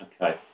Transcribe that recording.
Okay